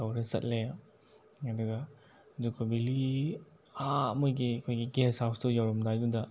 ꯇꯧꯔ ꯆꯇꯂꯦ ꯑꯗꯨꯒ ꯖꯨꯀꯣ ꯕꯦꯂꯤ ꯑꯥ ꯃꯣꯏꯒꯤ ꯑꯩꯈꯣꯏꯒꯤ ꯒꯦꯁ ꯍꯥꯎꯁꯇꯨ ꯌꯧꯔꯝꯗꯥꯏꯗꯨꯗ